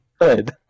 Good